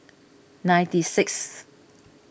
ninety sixth